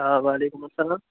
آ وعلیکُم اسلام